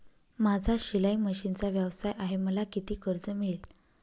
माझा शिलाई मशिनचा व्यवसाय आहे मला किती कर्ज मिळेल?